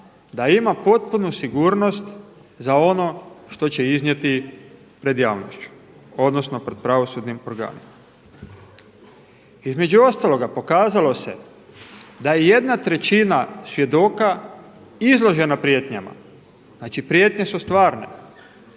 da ima potpunu sigurnost za ono što će iznijeti pred javnošću, odnosno pred pravosudnim programima. Između ostaloga pokazalo se da je jedna trećina svjedoka izložena prijetnjama, znači prijetnje su stvarne,